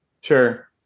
Sure